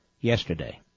yesterday